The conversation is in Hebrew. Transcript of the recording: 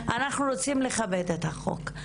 אנחנו רוצים לכבד את החוק,